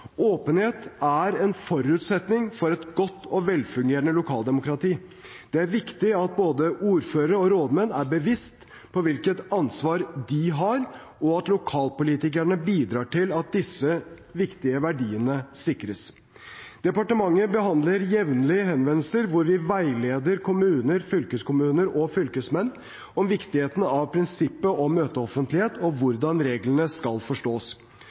Åpenhet er en forutsetning for et godt og velfungerende lokaldemokrati. Det er viktig at både ordførere og rådmenn er bevisste på hvilket ansvar de har, og at lokalpolitikerne bidrar til at disse viktige verdiene sikres. Departementet behandler jevnlig henvendelser hvor vi veileder kommuner, fylkeskommuner og fylkesmenn om viktigheten av prinsippet om møteoffentlighet og om hvordan reglene skal forstås.